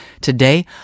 today